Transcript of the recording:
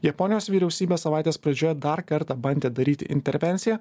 japonijos vyriausybė savaitės pradžioje dar kartą bandė daryti intervenciją